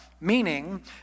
Meaning